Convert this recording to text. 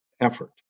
effort